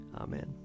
Amen